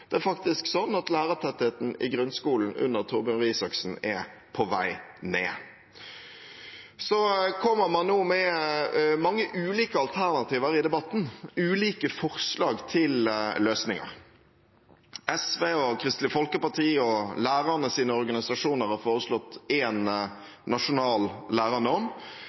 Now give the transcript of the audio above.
Det er faktisk sånn at lærertettheten i grunnskolen under Torbjørn Røe Isaksen er på vei ned. Så kommer man nå med mange ulike alternativer i debatten, ulike forslag til løsninger. SV og Kristelig Folkeparti og lærernes organisasjoner har foreslått en nasjonal lærernorm,